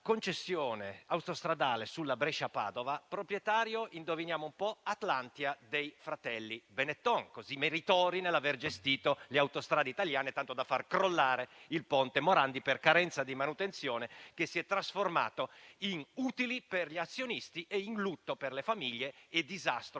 concessione autostradale sulla Brescia-Padova di cui è proprietario Atlantia, dei fratelli Benetton, così meritori nell'aver gestito le autostrade italiane, tanto da far crollare il ponte Morandi per carenza di manutenzione, che si è trasformato in utili per gli azionisti, in lutto per le famiglie e disastro